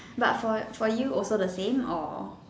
but for for you also the same or